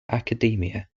academia